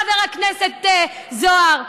חבר הכנסת זוהר,